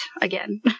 again